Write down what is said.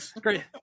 great